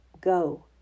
Go